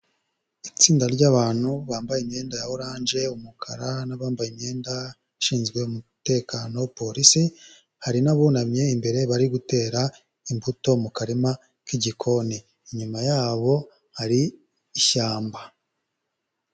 Itsinda ry'abantu bambaye imyenda ya oranje, umukara, n'abambaye imyenda ishinzwe umutekano polisi, hari n'abunamye imbere bari gutera imbuto mu karima k'igikoni. Inyuma yabo hari ishyamba.